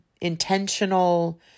intentional